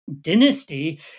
dynasty